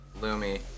Lumi